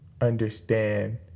understand